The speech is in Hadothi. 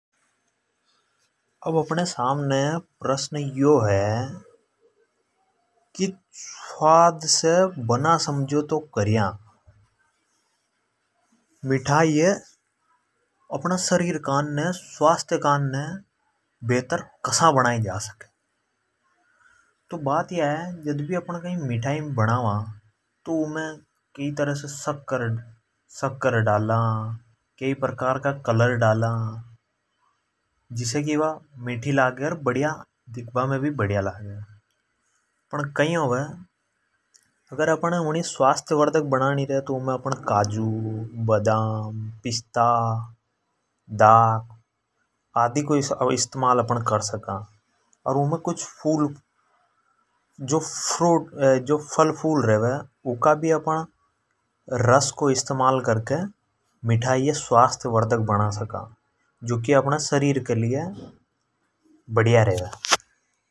अब अपणे सामने प्रसन् यो है की मिठाई ये बना स्वाद से समझोतो कर्या मिठाई ये अपणा शरीर कान ने स्वास्थ्य कान ने बेतर कैसा बनाई जा सके। तो बात या है जद अपण मिठाई बनावे तो उमे अपण शक्कर डाला कई तरीका का कलर डाला जिसे की वा मीठी लागे अर दिख बा मे भी बडीआ लागे फण कई होवे अगर ऊँ नि अपण ह स्वास्थ्य वरदक बणा णी रेवे। तो उमे अपण काजु, बदाम, पिस्ता, दाख आदि को इस्तमाल अपण कर सका। और उमे जो फल फूल रेवे ऊँ का भी अप ण रस को इस्तमाल कर सका। जो की बड़िया रेवे।